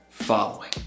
following